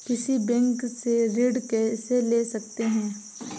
किसी बैंक से ऋण कैसे ले सकते हैं?